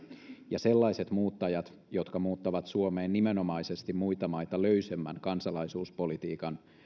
ja sellaiset muuttajat jotka muuttavat suomeen nimenomaisesti muita maita löysemmän kansalaisuuspolitiikan